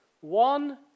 one